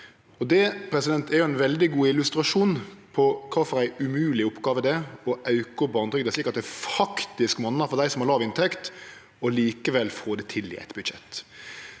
Det er ein veldig god illustrasjon på den umoglege oppgåva det er å auke barnetrygda slik at det faktisk monnar for dei som har låg inntekt, og likevel få det til i eit budsjett.